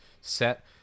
set